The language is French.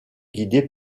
guidé